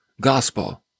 gospel